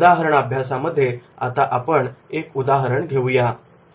उदाहरणाभ्यासामध्ये आता आपण एक उदाहरण घेऊ या